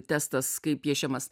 testas kaip piešiamas